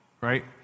right